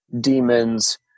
demons